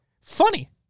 Funny